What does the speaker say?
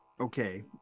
Okay